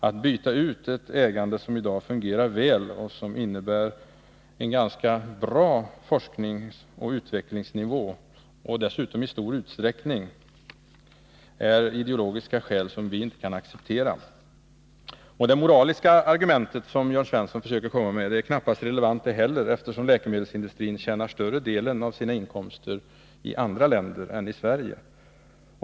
Att byta ut ett ägande som i dag fungerar väl och som innebär en ganska god forskningsoch utvecklingsnivå, vilket dessutom i stor utsträckning sker av ideologiska skäl, kan vi inte acceptera. Det moraliska argument som Jörn Svensson försöker komma med är knappast relevant det heller, eftersom läkemedelsindustrin får in större delen av sina inkomster i andra länder.